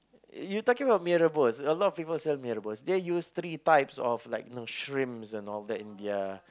you talking about mee-rebus a lot of people sell mee-rebus they use three types of like you know shrimps and all that in their